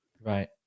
Right